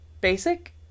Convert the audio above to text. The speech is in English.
basic